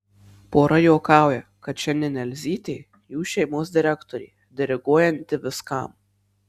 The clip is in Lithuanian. pora juokauja kad šiandien elzytė jų šeimos direktorė diriguojanti viskam